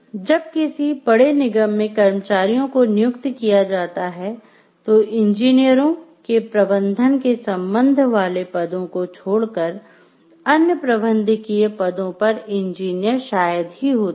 जब किसी बड़े निगम में कर्मचारियों को नियुक्त किया जाता है तो इंजीनियरों के प्रबंधन के संबंध वाले पदों को छोडकर अन्य प्रबंधकीय पदों पर इंजीनियर शायद ही होते हैं